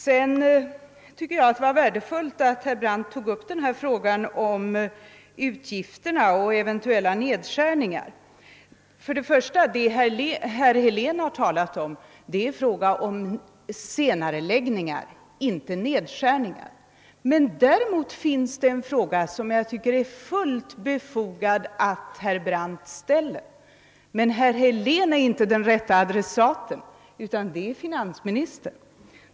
Jag tycker också att det var värdefullt att herr Brandt tog upp frågan om utgifterna och eventuella nedskärningar. Först vill jag säga att det Gunnar Helén talat om gäller senareläggningar, inte nedskärningar. Men det finns en annan fråga som jag tycker är helt befogad att herr Brandt ställer, men herr Helén är inte den rätta adressaten, utan det är finansministern.